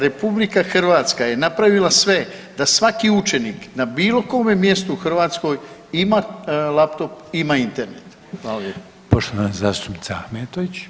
RH je napravila sve da svaki učenik na bilo kome mjestu u Hrvatskoj ima laptop, ima Internet.